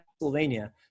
Pennsylvania